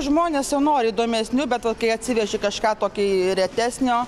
žmonės jau nori įdomesnių bet vat kai atsiveši kažką tokį retesnio